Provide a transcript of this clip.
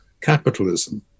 capitalism